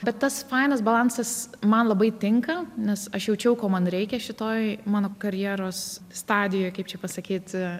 bet tas fainas balansas man labai tinka nes aš jaučiau ko man reikia šitoj mano karjeros stadijoj kaip čia pasakyt